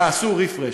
תעשו refresh.